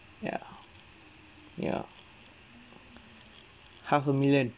ya ya half a million